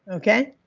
okay?